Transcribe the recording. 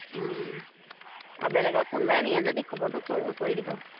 অঁ আৰু বেলেগক কোনোবাই নিয়ে যদি খবৰটো ক কৰি দিব